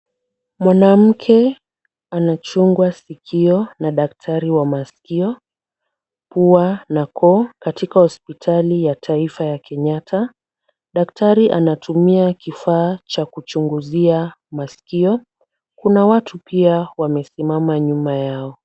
Mwanamke anachungwa sikio na daktari wa masikio, pua na koo katika hospitali ya taifa ya Kenyatta. Daktari anatumia kifaa cha kuchunguzia masikio. Kuna watu pia wamesimama nyuma yao.